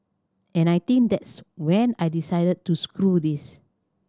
and I think that's when I decided to screw this